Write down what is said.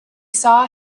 saw